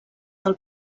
del